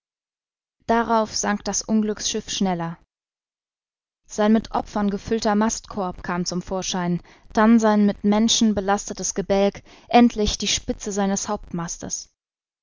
darauf sank das unglücksschiff schneller sein mit opfern gefüllter mastkorb kam zum vorschein dann sein mit menschen belastetes gebälk endlich die spitze seines